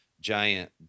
giant